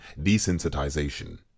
Desensitization